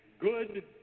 good